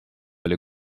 olid